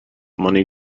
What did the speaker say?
money